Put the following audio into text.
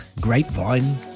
grapevine